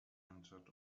entered